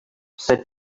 said